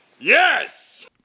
Yes